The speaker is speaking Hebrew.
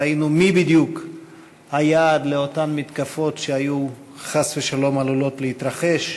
ראינו מי בדיוק היעד של אותן מתקפות שהיו חס ושלום עלולות להתרחש.